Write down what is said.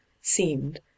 seemed